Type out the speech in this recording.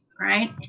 right